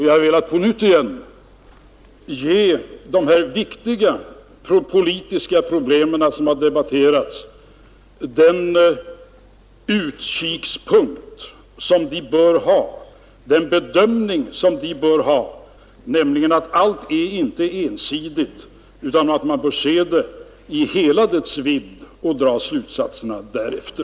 Jag har förut velat se de viktiga politiska problem som debatteras från den rätta utkikspunkten och ge problemen den bedömning de bör ha, nämligen att allt inte är ensidigt. Man bör se ett problem i hela dess vidd och dra slutsatserna därefter.